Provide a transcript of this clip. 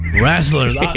Wrestlers